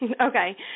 Okay